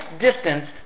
distance